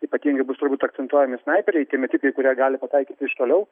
ypatingai turbūt akcentuojami snaiperiai tie metikai kurie gali pataikyti iš toliau